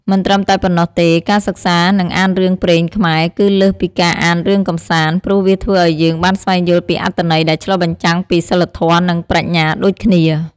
មិនត្រឹមតែប៉ុណ្ណោះទេ ការសិក្សា និងអានរឿងព្រេងខ្មែរ គឺលើសពីការអានរឿងកម្សាន្ត ព្រោះវាធ្វើឲ្យយើងបានស្វែងយល់ពីអត្ថន័យដែលឆ្លុះបញ្ចាំងពីសីលធម៌ និងប្រាជ្ញាដូចគ្នា។